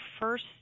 first